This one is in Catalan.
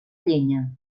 llenya